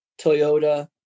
Toyota